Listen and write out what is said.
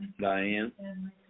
Diane